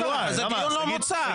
זה דיון ללא מוצא, אי אפשר.